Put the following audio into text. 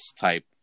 type